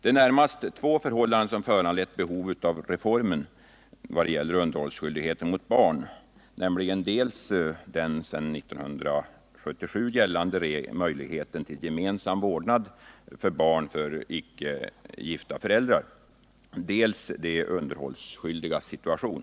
Det är närmast två förhållanden som föranlett behov av reformer i vad gäller underhållsskyldigheten mot barn, nämligen dels den sedan 1977 befintliga möjligheten till gemensam vårdnad av barn för icke gifta föräldrar, dels de underhållsskyldigas situation.